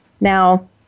Now